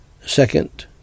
Second